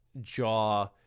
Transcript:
jaw